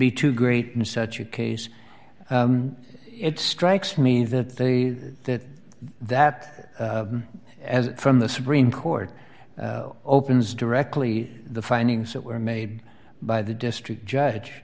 be too great in such a case it strikes me that they that that as from the supreme court opens directly the findings that were made by the district judge